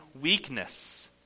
weakness